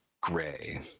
gray